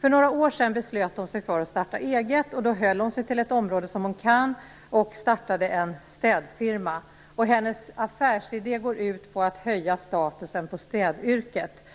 För några år sedan beslöt hon sig för att starta eget, och då höll hon sig till ett område som hon kan och startade en städfirma. Hennes affärsidé går ut på att höja statusen på städyrket.